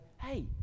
hey